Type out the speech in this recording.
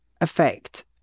effect